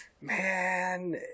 Man